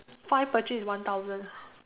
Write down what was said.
five purchase is one thousand